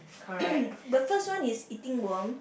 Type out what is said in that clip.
the first one is eating worm